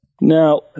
Now